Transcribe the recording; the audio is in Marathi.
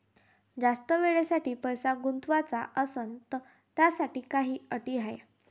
जास्त वेळेसाठी पैसा गुंतवाचा असनं त त्याच्यासाठी काही अटी हाय?